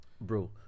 Bro